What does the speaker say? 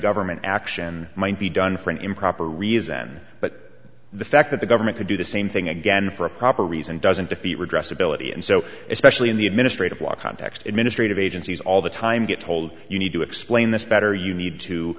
government action might be done for an improper reason but the fact that the government could do the same thing again for a proper reason doesn't defeat redress ability and so especially in the administrative law context administrative agencies all the time get told you need to explain this better you need to